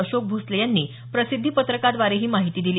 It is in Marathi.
अशोक भोसले यांनी प्रसिद्धीपत्रकाद्वारे ही माहिती दिली